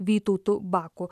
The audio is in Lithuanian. vytautu baku